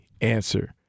answer